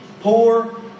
poor